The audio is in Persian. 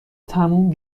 تموم